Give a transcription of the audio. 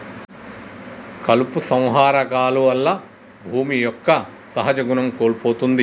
కలుపు సంహార కాలువల్ల భూమి యొక్క సహజ గుణం కోల్పోతుంది